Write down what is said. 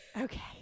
okay